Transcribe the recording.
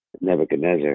Nebuchadnezzar